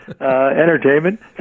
Entertainment